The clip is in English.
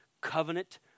covenant